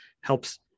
helps